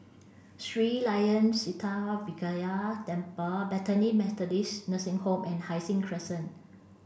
Sri Layan Sithi Vinayagar Temple Bethany Methodist Nursing Home and Hai Sing Crescent